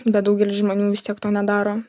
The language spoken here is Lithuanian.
bet daugelis žmonių vis tiek to nedaro